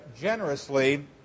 generously